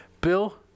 Bill